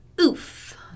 Oof